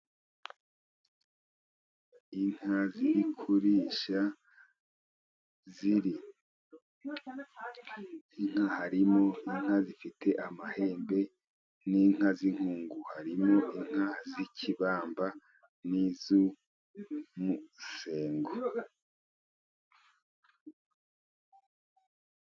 Inka ziri kurisha. Inka harimo, inka zifite amahembe n'inka z'inkungu. Harimo inka z'ikibamba, n'iz'umusengo.